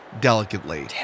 delicately